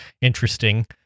Interesting